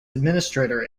administrator